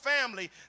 family